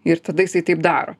ir tada jisai taip daro